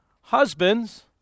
Husbands